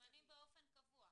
מוזמנים באופן קבוע.